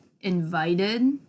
invited